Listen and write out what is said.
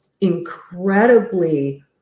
incredibly